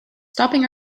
stopping